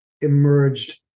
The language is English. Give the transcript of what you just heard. emerged